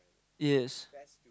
yes